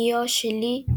מיו שלי"